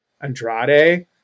andrade